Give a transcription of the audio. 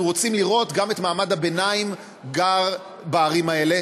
אנחנו רוצים לראות גם את מעמד הביניים גר בערים האלה,